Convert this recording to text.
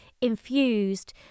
infused